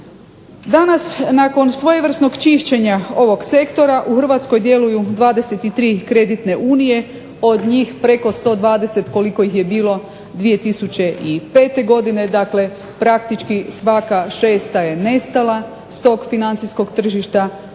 Danas nakon svojevrsnog čišćenja ovog sektora u Hrvatskoj djeluju 23 kreditne unije od njih preko 120 koliko ih je bilo 2005. godine. Dakle, praktički svaka 6 je nestala s tog financijskog tržišta,